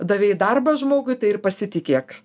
davei darbą žmogui tai ir pasitikėk